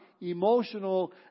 emotional